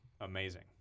amazing